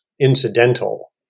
incidental